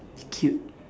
cute